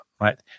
right